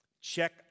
check